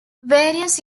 various